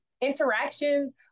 interactions